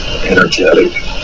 energetic